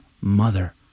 mother